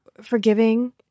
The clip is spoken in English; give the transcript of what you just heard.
forgiving